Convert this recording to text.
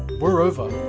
we're over!